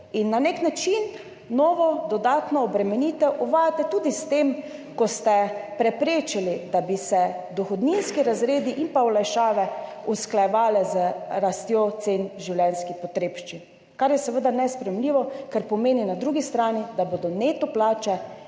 In na nek način novo dodatno obremenitev uvajate tudi s tem, ko ste preprečili, da bi se dohodninski razredi in olajšave usklajevale z rastjo cen življenjskih potrebščin, kar je seveda nesprejemljivo, kar pomeni na drugi strani, da bodo neto plače